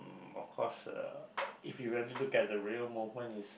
of course uh if you really look at the real moment is